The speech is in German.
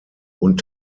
und